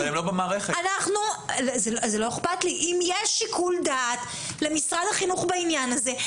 אם יש שיקול דעת למשרד החינוך בעניין הזה,